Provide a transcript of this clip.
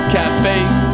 Cafe